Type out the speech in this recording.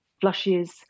Flushes